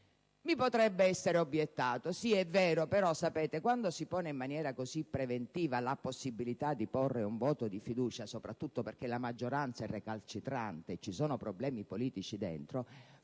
Mi potrebbe essere obiettato: sì, è vero, però quando si pone in maniera così preventiva la possibilità di apporre un voto di fiducia, soprattutto perché la maggioranza è recalcitrante e ci sono problemi politici dentro,